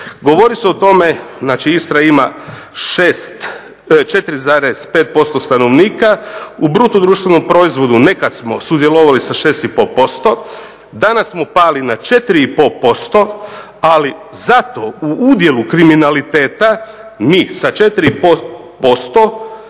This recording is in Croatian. govori se o tome, znači Istra ima 6, 4,5% stanovnika. U bruto društvenom proizvodu nekad smo sudjelovali sa 6 i pol posto. Danas smo pali na 4 i pol posto, ali zato u udjelu kriminaliteta mi sa 4%